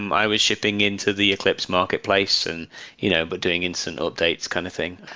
um i was shipping into the eclipse marketplace, and you know but doing instant updates kind of thing.